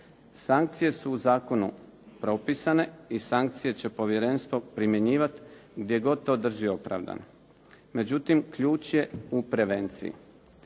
Sankcije su u zakonu propisane i sankcije će povjerenstvo primjenjivati gdje god to drži opravdano. Međutim, ključ je u prevenciji.